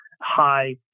high